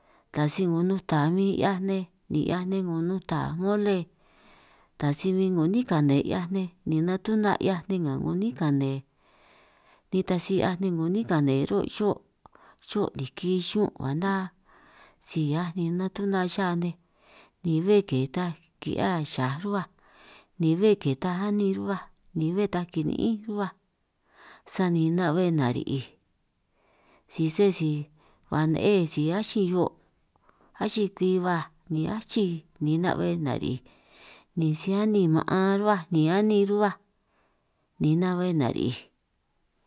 Taj si 'ngo bin nuta 'hiaj nej ni 'hiaj nej 'ngo nuta mole, taj si bin 'ngo 'nín kane 'hiaj nej ni natuná 'hiaj nej nga 'nín kane nitaj si 'hiaj nej 'ngo 'nín kane run' xo xo niki xuún', ba ná si 'hiaj ni natuna xa nej ni bé ke ta ki'hiaj xaj ruhuaj ni bé ke taj aninj ruhua béj taj kini'ín ruhuaj, sani na'be nari'ij si sé si ba ne'ej si achin hio achin kwi baj ni achi, ni na'be nari'ij ni si anin ma'an ruhua ni anin ruhuaj ni na'be nari'ij.